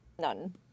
None